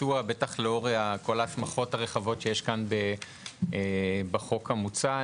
בטח לאור כל ההסמכות הרחבות שיש כאן בחוק המוצע,